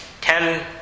ten